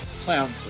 clown